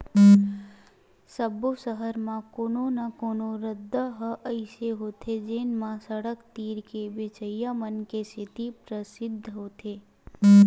सब्बो सहर म कोनो न कोनो रद्दा ह अइसे होथे जेन म सड़क तीर के बेचइया मन के सेती परसिद्ध होथे